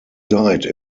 died